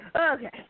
Okay